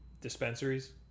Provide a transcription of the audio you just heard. dispensaries